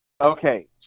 Okay